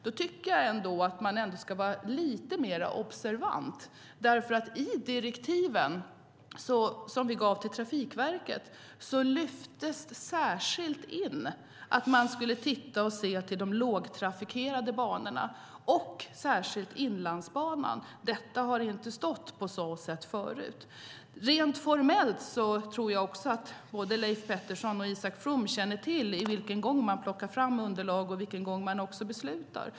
Då tycker jag att man ändå ska vara lite mer observant, därför att i direktiven som vi gav till Trafikverket lyftes särskilt in att man skulle titta på och se till de lågtrafikerade banorna, särskilt Inlandsbanan. Detta har inte stått på så sätt förut. Rent formellt tror jag också att både Leif Pettersson och Isak From känner till gången för hur man plockar fram underlag och också gången för hur man beslutar.